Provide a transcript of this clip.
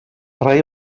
rei